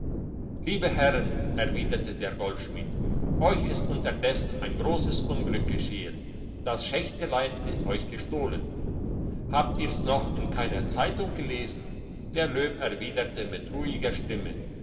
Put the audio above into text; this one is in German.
liebe herren erwiderte der goldschmied euch ist unterdessen ein grosses unglück geschehen das schächtelein ist euch gestohlen habt ihr's noch in keiner zeitung gelesen der löb erwiderte mit ruhiger stimme